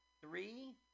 Three